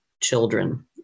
children